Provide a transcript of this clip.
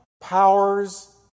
powers